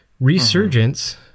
Resurgence